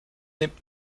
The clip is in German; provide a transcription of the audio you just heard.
nimmt